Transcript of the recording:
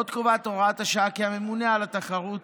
עוד קובעת הוראת השעה כי הממונֶה על התחרות,